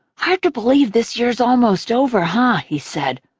hard to believe this year's almost over, huh? he said,